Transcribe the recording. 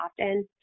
often